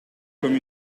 comme